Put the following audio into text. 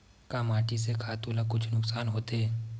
का माटी से खातु ला कुछु नुकसान होथे?